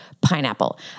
pineapple